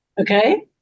okay